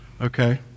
Okay